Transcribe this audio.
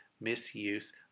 misuse